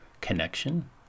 connection